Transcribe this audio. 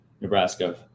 Nebraska